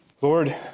Lord